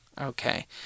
Okay